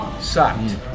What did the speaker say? sucked